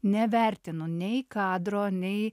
nevertinu nei kadro nei